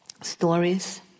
stories